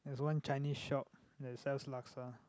there's one Chinese shop that sells laksa